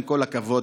עם כל הכבוד,